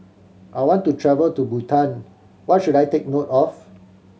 I want to travel to Bhutan what should I take note of